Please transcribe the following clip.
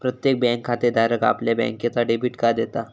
प्रत्येक बँक खातेधाराक आपल्या बँकेचा डेबिट कार्ड देता